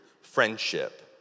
friendship